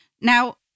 Now